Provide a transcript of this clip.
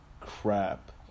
crap